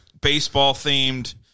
baseball-themed